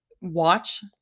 Watch